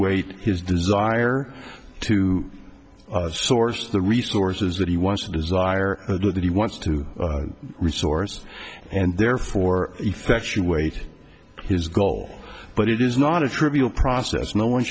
weight his desire to source the resources that he wants to desire that he wants to resource and therefore effects you wait his goal but it is not a trivial process no one